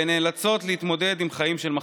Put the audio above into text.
והן נאלצות להתמודד עם חיים של מחסור.